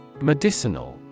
Medicinal